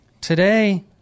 Today